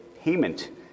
payment